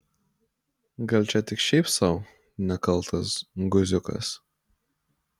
gal čia tik šiaip sau nekaltas guziukas